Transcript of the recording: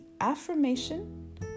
affirmation